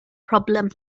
problem